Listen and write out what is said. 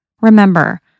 Remember